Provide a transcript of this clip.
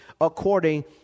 according